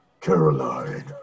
Caroline